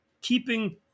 keeping